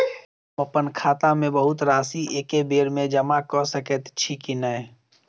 हम अप्पन खाता मे बहुत राशि एकबेर मे जमा कऽ सकैत छी की नै?